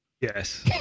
Yes